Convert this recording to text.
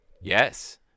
Yes